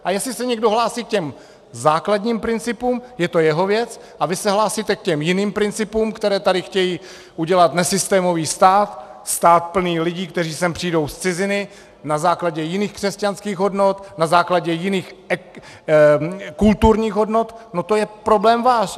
A jestli se někdo hlásí k těm základním principům, je to jeho věc, a vy se hlásíte k těm jiným principům, které tady chtějí udělat nesystémový stát, stát plný lidí, kteří sem přijdou z ciziny na základě jiných křesťanských hodnot, na základě jiných kulturních hodnot, no to je problém váš!